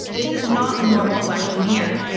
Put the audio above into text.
this is not a normal election year.